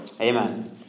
Amen